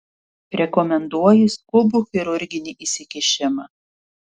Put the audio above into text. rekomenduoju skubų chirurginį įsikišimą